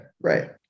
right